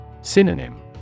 Synonym